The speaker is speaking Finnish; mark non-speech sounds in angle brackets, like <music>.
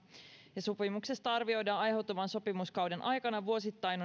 ja sopimuksesta arvioidaan aiheutuvan sopimuskauden aikana vuosittain <unintelligible>